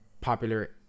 popular